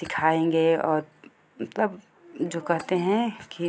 सिखाएंगे और मतलब जो कहते हैं कि